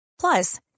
Plus